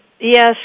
yes